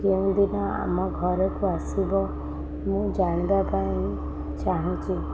କେଉଁଦିନ ଆମ ଘରକୁ ଆସିବ ମୁଁ ଜାଣିବା ପାଇଁ ଚାହୁଁଛି